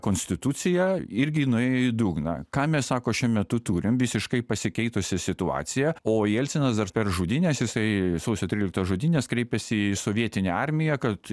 konstitucija irgi nuėjo į dugną ką mes sako šiuo metu turime visiškai pasikeitusią situaciją o jelcinas dar per žudynes jisai sausio tryliktos žudynes kreipėsi į sovietinę armiją kad